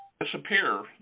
disappear